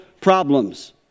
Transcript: problems